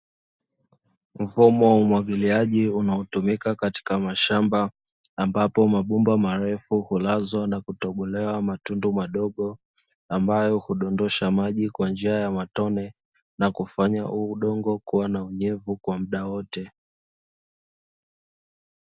Mfumo wa umwagiliaji unaotumika katika mashamba ambapo mabomba marefu hulazwa na kutobolewa matundu madogo, ambayo hudondosha maji kwa njia ya matone na kufanya udongo kuwa na unyevu kwa muda wote.